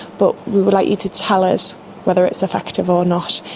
but we would like you to tell us whether it's effective or not.